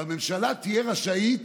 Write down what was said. והממשלה תהיה רשאית